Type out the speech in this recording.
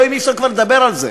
אלוהים, אי-אפשר כבר לדבר על זה,